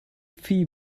phi